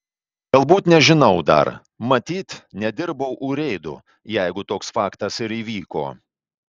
galbūt nežinau dar matyt nedirbau urėdu jeigu toks faktas ir įvyko